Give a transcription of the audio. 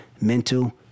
mental